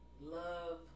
Love